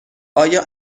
آیا